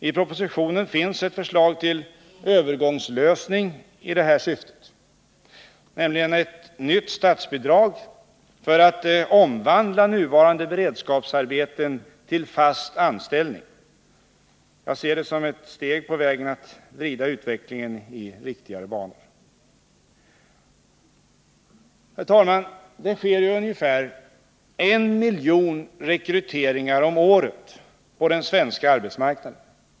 I propositionen finns ett förslag till övergångslösning i detta syfte, nämligen ett nytt statsbidrag för att omvandla nuvarande beredskapsarbeten till fast anställning. Jag ser det som ett steg på vägen mot att vrida utvecklingen i riktigare banor. Herr talman! Det sker ungefär 1 miljon rekryteringar om året på den svenska arbetsmarknaden.